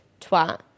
twat